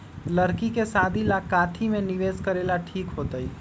लड़की के शादी ला काथी में निवेस करेला ठीक होतई?